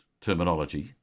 terminology